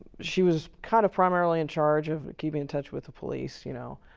she was kind of primarily in charge of keeping in touch with the police, you know.